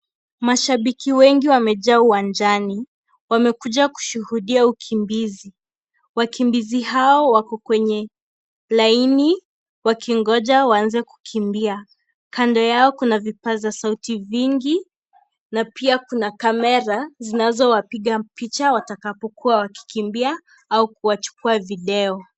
Mashabiki wengi wamejaa uwanjani , wamekuja kushuhudia ukimbizi, wakimbizi hawa wako kwenye laini wakingoja waanze kukimbia, kando yao kuna vipasa sauti vingi na pia kuna kamera zinazowapiga picha watakapokuwa wakikimbia au kuwachukua video.